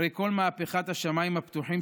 הרי כל מהפכת השמיים הפתוחים,